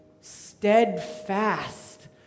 steadfast